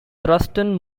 thurston